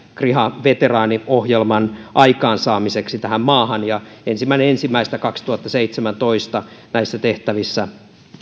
kriha veteraaniohjelman aikaansaamiseksi tähän maahan ja ensimmäinen ensimmäistä kaksituhattaseitsemäntoista näissä tehtävissä